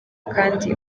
kandi